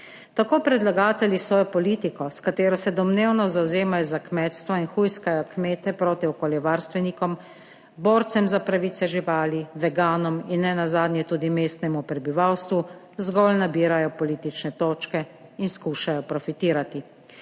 Tako predlagatelji svojo politiko, s katero se domnevno zavzemajo za kmetstvo in hujskajo kmete proti okoljevarstvenikom borcem za pravice živali, veganom in nenazadnje tudi mestnemu prebivalstvu zgolj nabirajo politične točke in skušajo profitirati.